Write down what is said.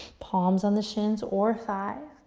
palms on the shins or thigh.